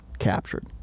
captured